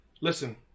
Listen